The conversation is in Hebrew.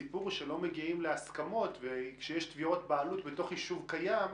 הסיפור הוא שלא מגיעים להסכמות ושיש תביעות בעלות בתוך יישוב קיים.